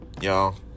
Y'all